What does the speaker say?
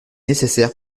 nécessaire